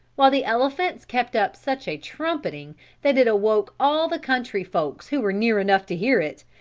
while the elephants kept up such a trumpeting that it awoke all the country folks who were near enough to hear it,